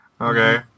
Okay